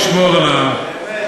תשמור על הגחלת,